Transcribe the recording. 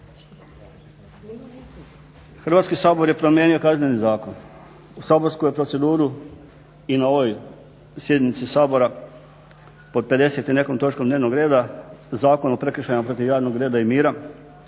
Hrvatski sabor je promijenio Kazneni zakon, u saborsku je proceduru i na ovoj sjednici Sabora pod 50 i nekom točkom dnevnog reda Zakon o prekršajima protiv javnog reda i mira